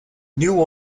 new